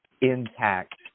intact